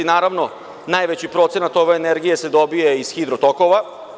Naravno, najveći procenat ove energije se dobija iz hidrotokova.